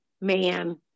man